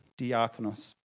diakonos